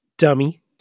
Dummy